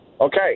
Okay